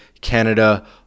Canada